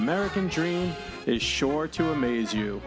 american dream is short to amaze you